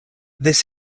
this